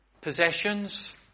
possessions